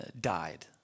died